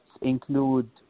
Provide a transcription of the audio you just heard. include